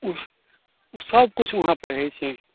ओ ओ सभकिछु वहाँपर रहै छै ठीक